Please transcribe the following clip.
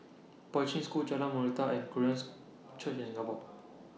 Poi Ching School Jalan and Koreans Church in Singapore